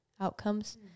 outcomes